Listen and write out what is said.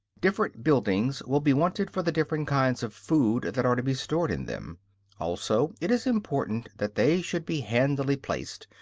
different buildings will be wanted for the different kinds of food that are to be stored in them also it is important that they should be handily placed,